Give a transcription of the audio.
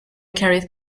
carried